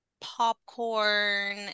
popcorn